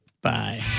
Bye